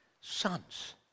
Sons